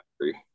agree